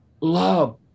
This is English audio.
love